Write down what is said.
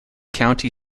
county